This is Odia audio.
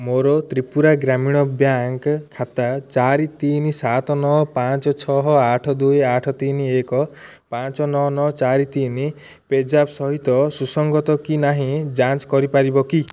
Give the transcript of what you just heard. ମୋର ତ୍ରିପୁରା ଗ୍ରାମୀଣ ବ୍ୟାଙ୍କ୍ ଖାତା ଚାରି ତିନି ସାତ ନଅ ପାଞ୍ଚ ଛଅ ଆଠ ଦୁଇ ଆଠ ତିନି ଏକ ପାଞ୍ଚ ନଅ ନଅ ଚାରି ତିନି ପେଜାପ୍ ସହିତ ସୁସଙ୍ଗତ କି ନାହିଁ ଯାଞ୍ଚ କରିପାରିବ କି